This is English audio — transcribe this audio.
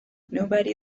nobody